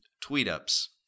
Tweet-ups